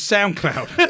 SoundCloud